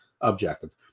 objective